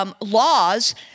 Laws